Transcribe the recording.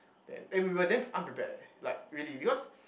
then eh we were damn unprepared eh like really because